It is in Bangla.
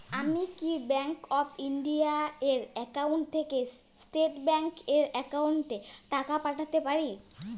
আমি কি ব্যাংক অফ ইন্ডিয়া এর একাউন্ট থেকে স্টেট ব্যাংক এর একাউন্টে টাকা পাঠাতে পারি?